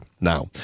Now